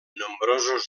nombrosos